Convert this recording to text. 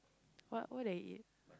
what what did I eat